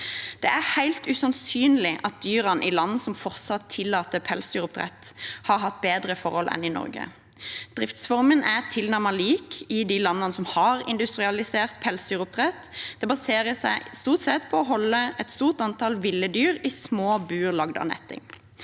Det er helt usannsynlig at dyrene i land som fortsatt tillater pelsdyroppdrett, har hatt bedre forhold enn i Norge. Driftsformen er tilnærmet lik i de landene som har industrialisert pelsdyroppdrett – det baserer seg stort sett på å holde et stort antall ville dyr i små bur lagd av netting.